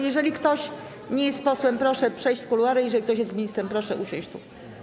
Jeżeli ktoś nie jest posłem, to proszę przejść w kuluary, a jeżeli ktoś jest ministrem, to proszę usiąść tu.